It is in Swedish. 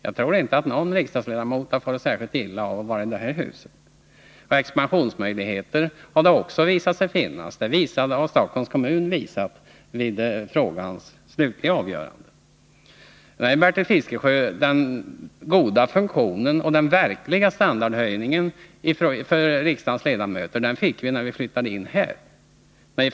Jag tror inte någon riksdagsledamot farit illa av att vara i detta hus. Det har ju också framgått att det finns expansionsmöjligheter — det har Stockholms kommun visat vid frågans slutliga avgörande. Nej, Bertil Fiskesjö, den goda funktionen och den verkliga standardhöjningen fick vi när vi flyttade hit.